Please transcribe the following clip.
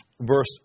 verse